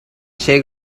che